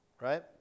Right